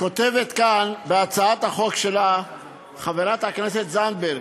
כותבת כאן בהצעת החוק שלה חברת הכנסת זנדברג: